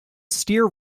steer